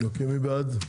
מי בעד?